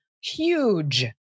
huge